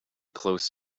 close